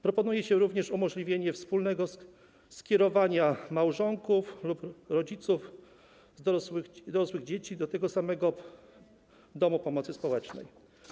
Proponuje się również umożliwienie wspólnego skierowania małżonków lub rodziców dorosłych dzieci do tego samego domu pomocy społecznej.